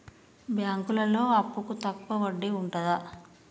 బ్యాంకులలో అప్పుకు తక్కువ వడ్డీ ఉంటదా?